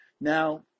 now